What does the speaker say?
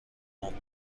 تند